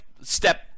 step